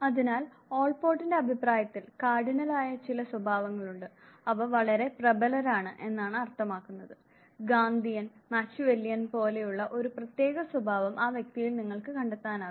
അതിനാൽ ഓൾപോർട്ടിന്റെ അഭിപ്രായത്തിൽ കാർഡിനൽ ആയ ചില സ്വഭാവങ്ങളുണ്ട് അവർ വളരെ പ്രബലരാണ് എന്നാണ് അർത്ഥമാക്കുന്നത് ഗാന്ധിയൻ മച്ചിവെല്ലിയൻ പോലെയുള്ള ഒരു പ്രത്യേക സ്വഭാവം ആ വ്യക്തിയിൽ നിങ്ങൾക്ക് കണ്ടെത്താനാകും